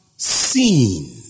seen